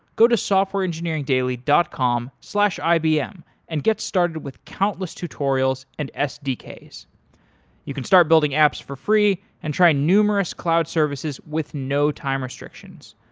go to softwareengineeringdaily dot com slash ibm and get started with countless tutorials and sdks. you can start building apps for free and try numerous cloud services with no time restrictions.